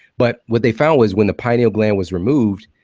but what they found was, when the pineal gland was removed,